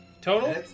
Total